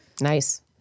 Nice